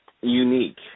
unique